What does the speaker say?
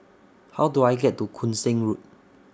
How Do I get to Koon Seng Road